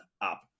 up